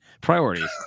priorities